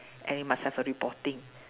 and you must have a reporting